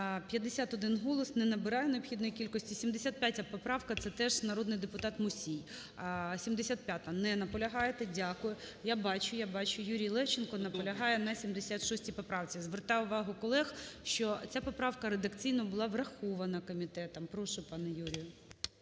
51 голос. Не набирає необхідної кількості. 75 поправка. Це теж народний депутат Мусій. 75-а. Не наполягаєте. Дякую. Я бачу, я бачу, Юрій Левченко наполягає на 76 поправці. Звертаю увагу, колег, що ця поправка редакційно була врахована комітетом. Прошу пане Юрію.